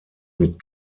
mit